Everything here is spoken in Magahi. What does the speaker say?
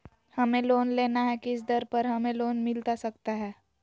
हमें लोन लेना है किस दर पर हमें लोन मिलता सकता है?